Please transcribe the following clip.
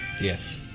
Yes